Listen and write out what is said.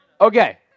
Okay